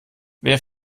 wer